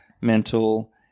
mental